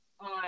on